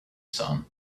son